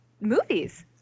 movies